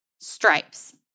stripes